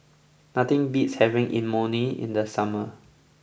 nothing beats having Imoni in the summer